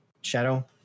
Shadow